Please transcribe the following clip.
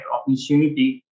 opportunity